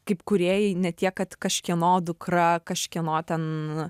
kaip kūrėjai ne tiek kad kažkieno dukra kažkieno ten